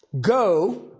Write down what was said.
go